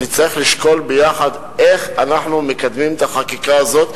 נצטרך לשקול ביחד איך אנחנו מקדמים את החקיקה הזאת,